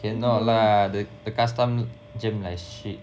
cannot lah the the customs jam like shit